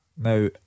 Now